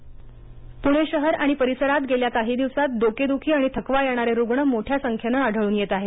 नवी लक्षणे पुणे शहर आणि परिसरात गेल्या काही दिवसांत डोकेदुखी आणि थकवा येणारे रुग्ण मोठ्या संख्येनं आढळून येत आहेत